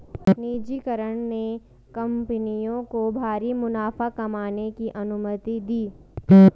निजीकरण ने कंपनियों को भारी मुनाफा कमाने की अनुमति दी